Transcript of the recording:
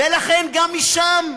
ולכן, גם משם,